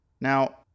Now